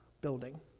building